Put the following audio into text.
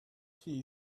key